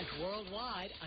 worldwide